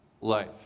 life